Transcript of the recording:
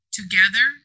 together